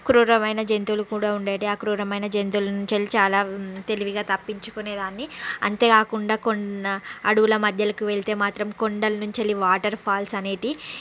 క్రూరమైన జంతువులు కూడా ఉండేటివి ఆ క్రూరమైన జంతువుల నుంచి చాలా తెలివిగా తప్పించుకునే దాన్ని అంతే కాకుండా కొండల అడవుల మధ్యలోకి వెళ్తే కొండలనుండి వెళ్ళే వాటర్ ఫాల్స్ అనేటివి